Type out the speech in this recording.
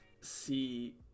see